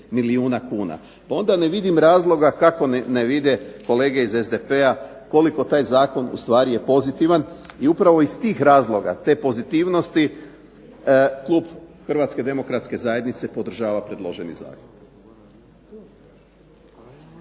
milijuna kuna. Pa onda ne vidim razloga kako ne vide kolege iz SDP-a koliko taj zakon ustvari je pozitivan, i upravo iz tih razloga, te pozitivnosti klub Hrvatske demokratske zajednice podržava predloženi zakon.